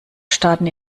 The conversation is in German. starten